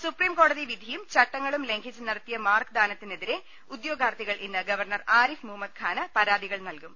സുപ്രീംകോ ടതി വിധിയും ചട്ടങ്ങളും ലംഘിച്ച് നടത്തിയ മാർക്ക് ദാന ത്തിനെതിരെ ഉദ്യോഗാർത്ഥികൾ ഇന്ന് ഗവർണർ ആരിഫ് മുഹമ്മദ് ഖാന് പരാതികൾ നൽകും